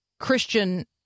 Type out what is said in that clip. Christian